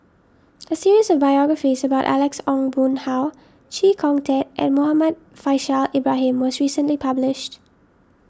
a series of biographies about Alex Ong Boon Hau Chee Kong Tet and Muhammad Faishal Ibrahim was recently published